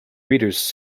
readers